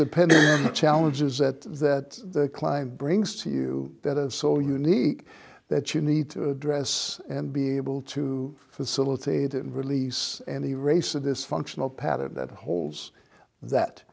pending challenges that that climb brings to you that are so unique that you need to address and be able to facilitate and release any race a dysfunctional pattern that holds that